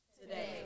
Today